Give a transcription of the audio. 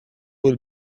will